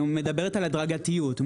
היא מדברת על הדרגתיות.